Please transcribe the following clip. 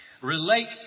relate